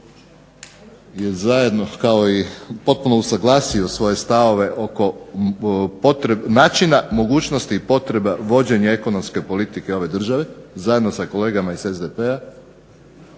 je zajedno potpuno usuglasio svoje stavove oko načina, mogućnosti i potreba vođenja ekonomske politike ove države zajedno sa kolegama iz SDP-a.